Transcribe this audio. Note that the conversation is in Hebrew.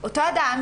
אותו אדם,